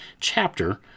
chapter